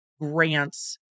grants